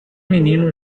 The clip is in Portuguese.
menino